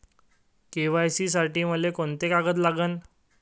KYC साठी मले कोंते कागद लागन?